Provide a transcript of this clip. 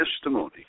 testimony